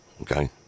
okay